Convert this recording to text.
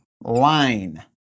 line